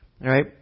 right